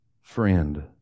friend